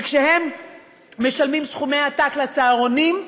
וכשהם משלמים סכומי עתק לצהרונים,